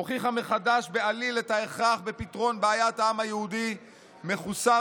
הוכיחה מחדש בעליל את ההכרח בפתרון בעיית העם היהודי מחוסר